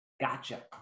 Gotcha